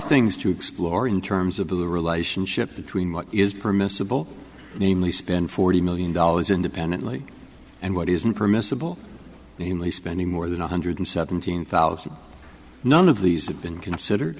things to explore in terms of the relationship between what is permissible namely spend forty million dollars independently and what isn't permissible he money spending more than one hundred seventeen thousand none of these have been considered